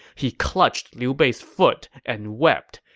he clutched liu bei's foot and wept,